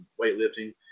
weightlifting